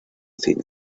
cine